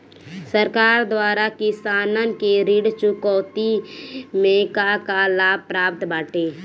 सरकार द्वारा किसानन के ऋण चुकौती में का का लाभ प्राप्त बाटे?